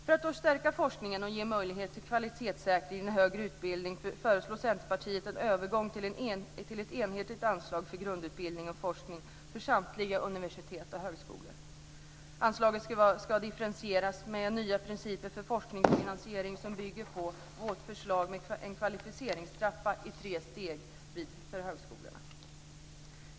För att då stärka forskningen och ge möjlighet till kvalitetssäkring i den högre utbildningen föreslår Centerpartiet en övergång till ett enhetligt anslag för grundutbildning och forskning för samtliga universitet och högskolor. Anslaget ska differentieras med nya principer för forskningsfinansiering som bygger på vårt förslag med en kvalificeringstrappa i tre steg för högskolorna.